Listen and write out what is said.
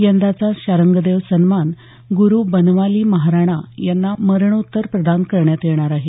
यंदाचा शार्ग्डंदेव सन्मान गुरू बनमाली महाराणा यांना मरणोत्तर प्रदान करण्यात येणार आहे